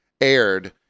aired